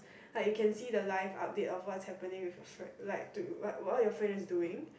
like you can see the life update of what's happening with your friend like to what are your friend was doing